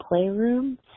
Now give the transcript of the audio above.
playroom